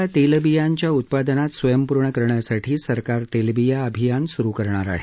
देशाला तेलबियांच्या उत्पादनात स्वयंपूर्ण करण्यासाठी सरकार तेलबिया अभियान सुरु करणार आहे